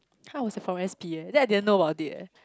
!huh! I also was from S_P eh then I didn't know about it eh